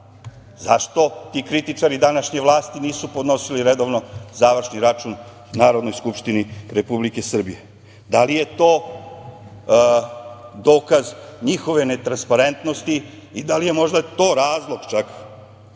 Zašto ti kritičari današnje vlasti nisu podnosili redovno završni račun Narodnoj skupštini Republike Srbije? Da li je to dokaz njihove ne transparentnosti i da li je možda to razlog čak